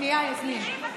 שנייה, יסמין.